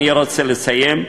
אוקיי, אני רוצה לסיים.